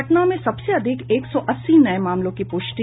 पटना में सबसे अधिक एक सौ अस्सी नये मामलों की पुष्टि